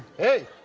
hey,